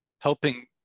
helping